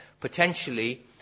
potentially